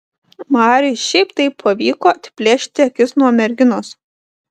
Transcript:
mariui šiaip taip pavyko atplėšti akis nuo merginos